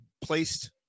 placed